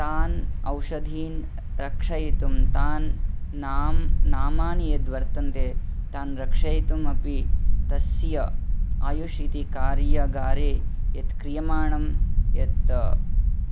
तान् औषधीन् रक्षयितुं तान् नां नामानि यद्वर्तन्ते तान् रक्षयितुम् अपि तस्य आयुश् इति कार्यगारे यत् क्रियमाणं यत्